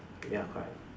ya correct